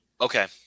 Okay